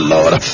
Lord